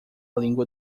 língua